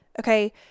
Okay